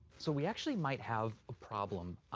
so, we actually might have a problem.